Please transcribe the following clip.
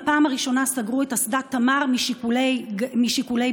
בפעם הראשונה סגרו את אסדת תמר משיקולי ביטחון.